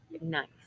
Nice